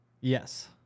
Yes